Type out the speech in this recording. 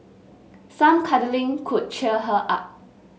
some cuddling could cheer her up